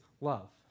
love